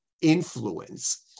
influence